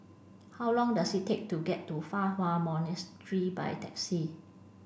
how long does it take to get to Fa Hua Monastery by taxi